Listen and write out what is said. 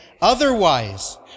Otherwise